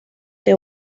que